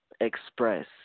express